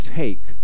take